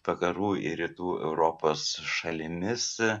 vakarų ir rytų europos šalimis